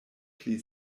pli